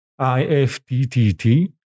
IFTTT